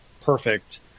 perfect